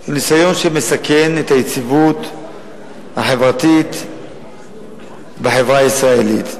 הוא ניסיון שמסכן את היציבות החברתית בחברה הישראלית.